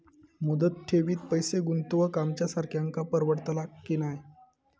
मुदत ठेवीत पैसे गुंतवक आमच्यासारख्यांका परवडतला की नाय?